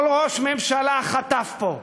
כל ראש ממשלה חטף פה כהוגן,